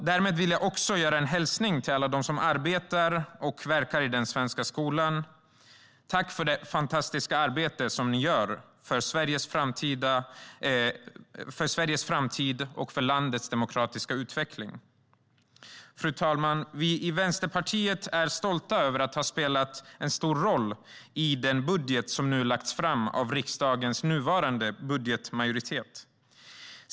Därmed vill jag också lämna en hälsning till alla dem som arbetar och verkar i den svenska skolan: Tack för det fantastiska arbete som ni gör för Sveriges framtid och för landets demokratiska utveckling! Fru talman! Vi i Vänsterpartiet är stolta över att ha spelat en stor roll i den budget som nu lagts fram av riksdagens nuvarande budgetmajoritet.